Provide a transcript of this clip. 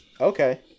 Okay